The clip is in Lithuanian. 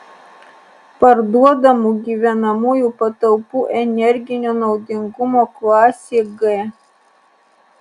parduodamų gyvenamųjų patalpų energinio naudingumo klasė g